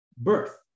birth